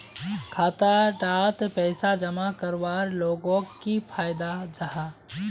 खाता डात पैसा जमा करवार लोगोक की फायदा जाहा?